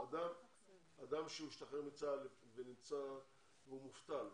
אדם שהשתחרר מצה"ל והוא מובטל,